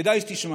כדאי שתשמע: